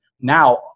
now